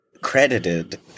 credited